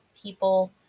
people